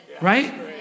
Right